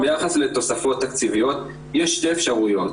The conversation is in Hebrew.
ביחס לתוספות תקציביות, יש שתי אפשרויות.